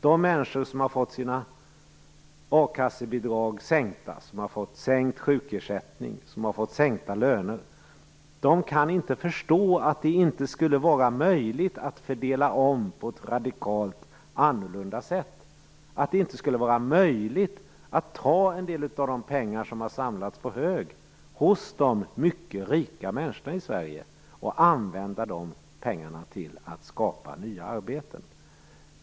De människor som har fått sina a-kassebidrag sänkta, de människor som har fått sänkt sjukersättning och sänkta löner kan inte förstå att det inte skulle vara möjligt att fördela om på ett radikalt annorlunda sätt, att det inte skulle vara möjligt att ta en del av de pengar som har samlats på hög hos de mycket rika människorna i Sverige, och använda dessa pengar till att skapa nya arbeten.